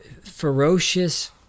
ferocious